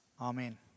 Amen